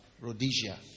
Rhodesia